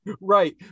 right